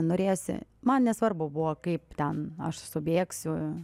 norėjosi man nesvarbu buvo kaip ten aš subėgsiu